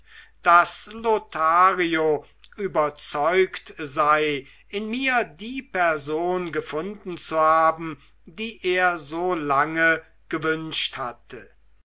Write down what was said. daß lothario überzeugt sei in mir die person gefunden zu haben die er so lange gewünscht hatte